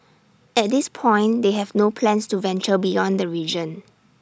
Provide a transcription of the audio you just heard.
at this point they have no plans to venture beyond the region